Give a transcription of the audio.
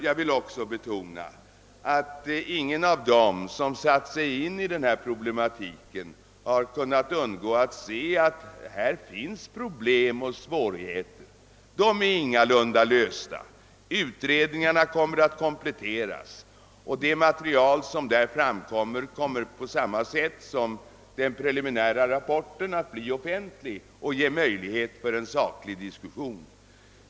Jag vill också betona att ingen av dem som satt sig in i denna problematik har kunnat ungå att se att det finns problem och svårigheter, som ingalunda är Öövervunna. Utredningarna kommer att kompletteras, och det material som därvid framkommer skall på samma sätt som den preliminära rapporten bli offentlig och ge möjlighet till en saklig diskussion.